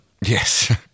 yes